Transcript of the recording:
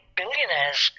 billionaires